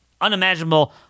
unimaginable